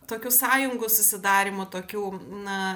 tokių sąjungų susidarymų tokių na